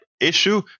issue